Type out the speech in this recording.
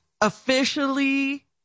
officially